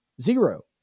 zero